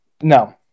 No